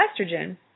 estrogen